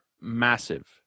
Massive